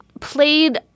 played